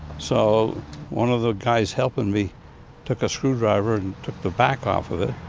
so one of the guys helping me took a screwdriver and took the back off of it,